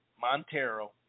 Montero